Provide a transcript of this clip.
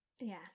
Yes